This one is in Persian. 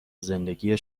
زندگی